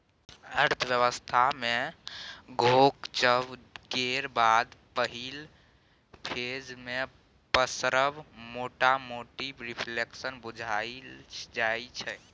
अर्थव्यवस्था मे घोकचब केर बाद पहिल फेज मे पसरब मोटामोटी रिफ्लेशन बुझल जाइ छै